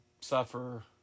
suffer